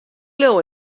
leau